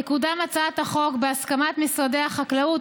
תקודם הצעת החוק בהסכמת משרדי החקלאות,